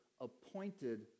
appointed